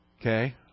okay